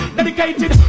Dedicated